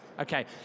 okay